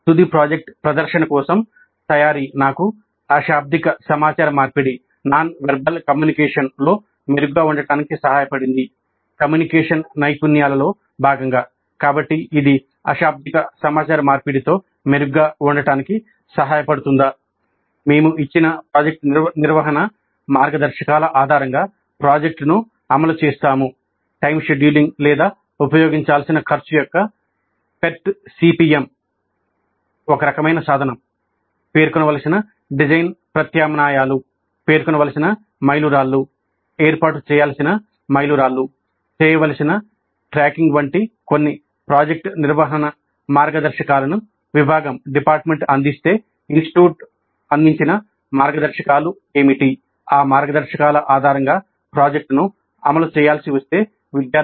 తుది ప్రాజెక్ట్ ప్రదర్శన కోసం తయారీ నాకు అశాబ్దిక సమాచార మార్పిడి మేము ఇచ్చిన ప్రాజెక్ట్ నిర్వహణ మార్గదర్శకాల ఆధారంగా ప్రాజెక్ట్ను అమలు చేసాము